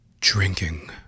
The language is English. drinking